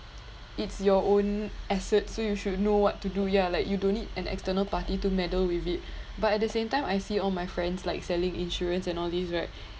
it's your own assets you should know what to do ya like you don't need an external party to meddle with it but at the same time I see all my friends like selling insurance and all these right